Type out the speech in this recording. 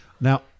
Now